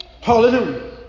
Hallelujah